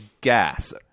gas